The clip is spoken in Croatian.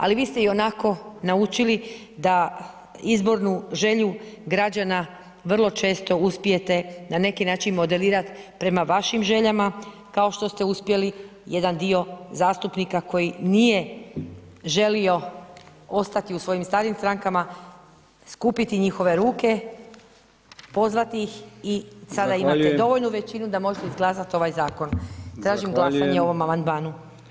Ali, vi ste ionako naučili da izbornu želju građana vrlo često uspijete na neki način modelirati prema vašim željama, kao što ste uspjeli jedan dio zastupnika koji nije želio ostati u svojim starim strankama, skupiti njihove ruke, pozvati ih i sada [[Upadica: Zahvaljujem.]] imate dovoljnu većinu da možete izglasati ovaj glasanje [[Upadica: Zahvaljujem.]] o ovom amandmanu.